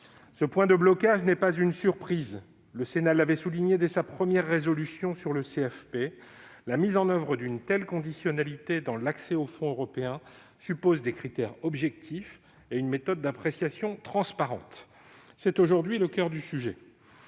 Ce point de blocage n'est pas une surprise. Comme le Sénat l'avait souligné dès sa première résolution sur le CFP, la mise en oeuvre d'une telle conditionnalité dans l'accès aux fonds européens suppose des critères objectifs et une méthode d'appréciation transparente. C'est aujourd'hui le coeur du sujet.